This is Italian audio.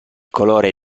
colore